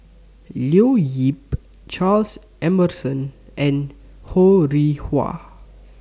Leo Yip Charles Emmerson and Ho Rih Hwa